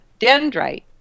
dendrite